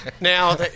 Now